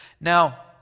Now